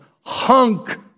hunk